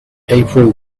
april